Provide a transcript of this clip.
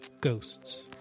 Ghosts